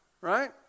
right